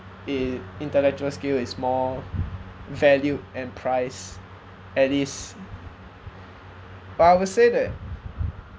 it intellectual skill is more valued and priced at least but I would say that